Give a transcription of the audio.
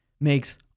makes